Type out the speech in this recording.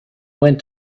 went